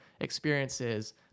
experiences